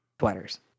sweaters